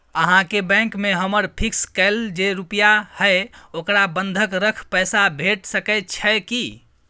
अहाँके बैंक में हमर फिक्स कैल जे रुपिया हय ओकरा बंधक रख पैसा भेट सकै छै कि?